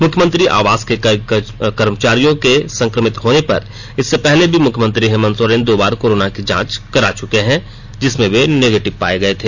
मुख्यमंत्री आवास के कई कर्मचारियों के संक्रमित होने पर इसके पहले भी मुख्यमंत्री हेमंत सोरेन दो बार कोरोना की जांच करा चुके हैं जिसमें वे निगेटिव पाये गये हैं